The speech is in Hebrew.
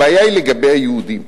הבעיה היא לגבי ה"יהודית".